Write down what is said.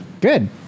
Good